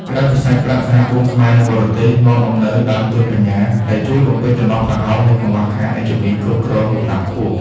ក្រៅពីសាច់ប្រាក់ សហគមន៍ខ្មែរនៅបរទេស នាំមកនូវ "ដើមទុនបញ្ញា" ដែលជួយបំពេញចន្លោះប្រហោងនៃកង្វះខាតអ្នកជំនាញគ្រប់គ្រងលំដាប់ខ្ពស់។